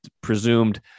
presumed